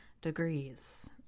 degrees